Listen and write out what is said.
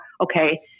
Okay